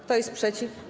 Kto jest przeciw?